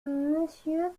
monsieur